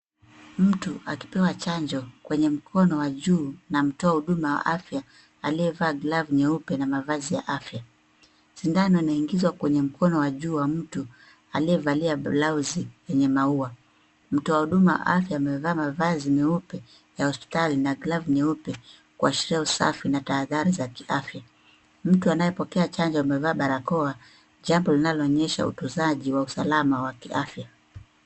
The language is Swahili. Mtu akipewa chanjo kwenye mkono wa juu na mtoa huduma wa afya aliyevaa glavu nyeupe na mavazi ya afya. Sindano inaingizwa kwenye mkono wa juu wa mtu aliyevalia blausi yenye maua. Mtu wa huduma wa afya amevaa mavazi meupe ya hospitali na glavu nyeupe kuashiria usafi na tahadhari za kiafya. Mtu anayepokea chanjo amevaa barakoa chambo linaloonyesha utunzaji wa usalama wa kiafya.